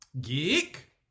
Geek